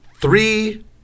three